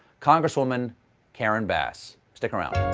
congresswoman karen bass. stick around.